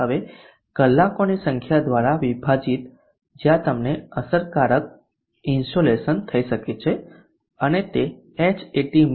હવે કલાકોની સંખ્યા દ્વારા વિભાજિત જ્યાં તમને અસરકારક ઇન્સોલેશન થઈ શકે અને તે Hatmin 4